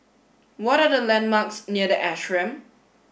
what are the landmarks near The Ashram